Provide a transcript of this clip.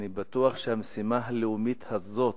אני בטוח שהמשימה הלאומית הזאת,